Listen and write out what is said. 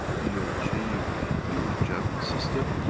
you'll are achieve a huge jamming system.